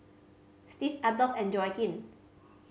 Steve Adolf and Joaquin